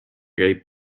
käib